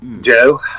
Joe